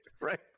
right